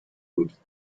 could